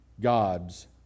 God's